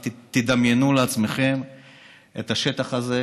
רק תדמיינו לעצמכם את השטח הזה,